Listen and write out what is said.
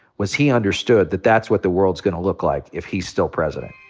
was he understood that that's what the world's gonna look like if he's still president.